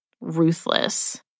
ruthless